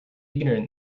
ignorant